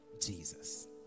Jesus